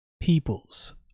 peoples